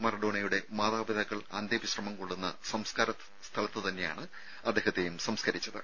മറഡോണയുടെ മാതാപിതാക്കൾ അന്ത്യവിശ്രമം കൊള്ളുന്ന സംസ്കാര സ്ഥലത്ത് തന്നെ യാണ് അദ്ദേഹത്തെയും സംസ്കരിച്ചത്